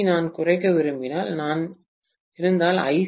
C நான் குறைக்க விரும்பினால் நான் இருந்தால் ஐ